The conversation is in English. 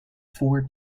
four